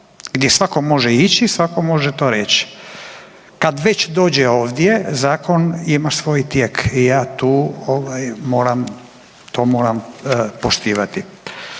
gdje svako može ići i svako može to reći, kad već dođe ovdje Zakon ima svoj tijek i ja tu ovaj moram to moram poštivati.